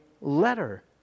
letter